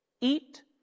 Eat